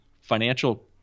financial